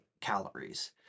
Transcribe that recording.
calories